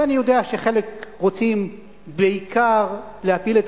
ואני יודע שחלק רוצים בעיקר להפיל את